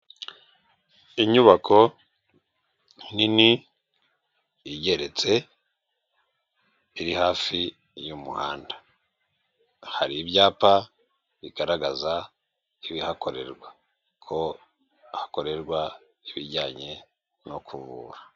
Inyubako nini igeretse, iri hafi y'umuhanda. Hari ibyapa bigaragaza ibihakorerwa, ko hakorerwa ibijyanye no kuvura.